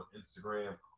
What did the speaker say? Instagram